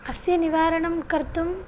अस्य निवारणं कर्तुं